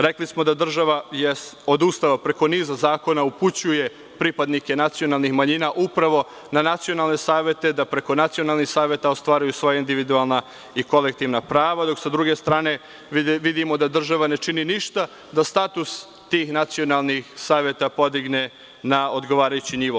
Rekli smo da je država odustala, preko niza zakona upućuje pripadnike nacionalnih manjina upravo na nacionalne savete, da preko nacionalnih saveta ostvaruju svoja individualna i kolektivna prava, dok sa druge strane vidimo da država ne čini ništa da status tih nacionalnih saveta podigne na odgovarajući nivo.